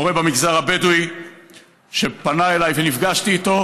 מורה במגזר הבדואי שפנה אליי ונפגשתי איתו